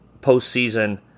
postseason